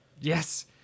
Yes